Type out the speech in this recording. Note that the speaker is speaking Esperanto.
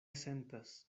sentas